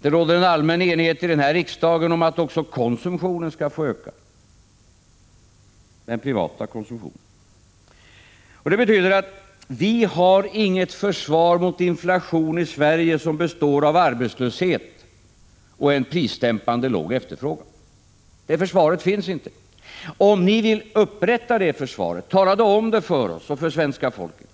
Det råder en allmän enighet i riksdagen om att också den privata konsumtionen skall få öka. Det betyder att vi i Sverige inte har ett försvar mot inflationen som består av arbetslöshet och en prisdämpande, låg efterfrågan. Om ni vill upprätta ett sådant försvar, tala då om det för oss och för svenska folket!